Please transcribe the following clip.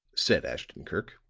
said ashton-kirk.